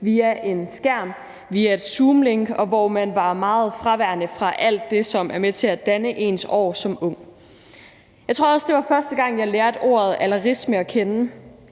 via en skærm, via et Zoomlink, hvor man var meget fraværende fra alt det, som er med til at danne ens år som ung. Jeg tror også, at det var første gang jeg lærte ordet alderisme at kende,